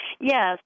Yes